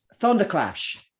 thunderclash